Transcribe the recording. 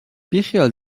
بیخیال